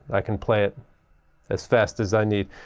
i can play it as fast as i need.